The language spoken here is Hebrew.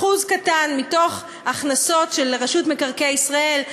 אחוז קטן מתוך ההכנסות של רשות מקרקעי ישראל,